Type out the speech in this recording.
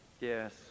yes